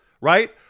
Right